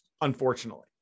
unfortunately